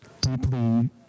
deeply